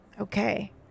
Okay